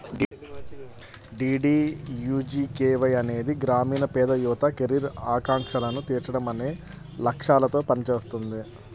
DDUGKY అనేది గ్రామీణ పేద యువత కెరీర్ ఆకాంక్షలను తీర్చడం అనే లక్ష్యాలతో పనిచేస్తుంది